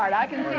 i can